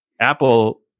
Apple